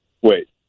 Wait